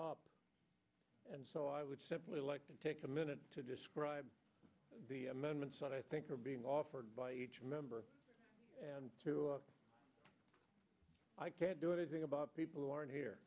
are and so i would simply like to take a minute to describe the amendments i think are being offered by each member and i can't do anything about people who aren't here